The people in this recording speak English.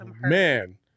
man